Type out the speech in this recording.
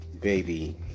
baby